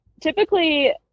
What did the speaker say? typically